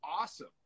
awesome